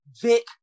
Vic